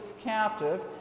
captive